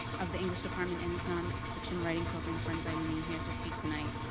of the english department, and its nonfiction writing program for inviting me here to speak tonight.